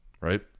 Right